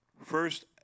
First